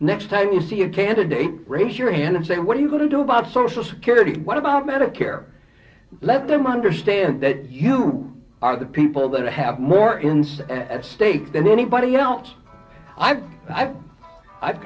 next time you see a candidate raise your hand and say what are you going to do about social security what about medicare let them understand that you are the people that have more instead at stake than anybody else i've i've i've